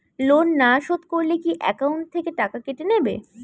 Loan না শোধ করলে কি একাউন্ট থেকে টাকা কেটে নেবে?